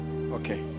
okay